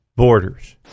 borders